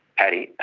paddy,